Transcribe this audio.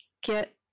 get